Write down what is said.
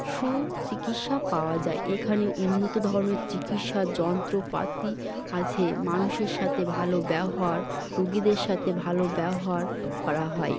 সুচিকিৎসা পাওয়া যায় এখানে উন্নত ধরনের চিকিৎসার যন্ত্রপাতি আছে মানুষের সাথে ভালো ব্যবহার রোগীদের সাথে ভালো ব্যবহার করা হয়